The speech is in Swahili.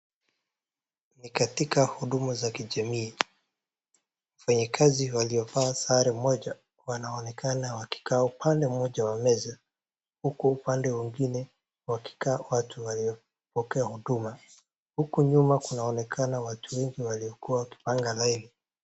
Ni katika huduma za kijamii. Wenye kazi waliovaa sare moja wanaonekana wakikaa upande mmoja wa meza huku upande mwingine kukikaa watu waliopokea huduma. Huku nyuma kunaonekana watu wengi waliokuwa wakioanga laini.